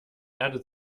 erde